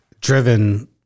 driven